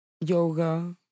yoga